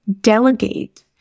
Delegate